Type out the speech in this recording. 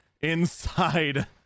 inside